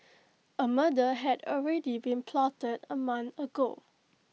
A murder had already been plotted A month ago